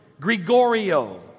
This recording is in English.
Gregorio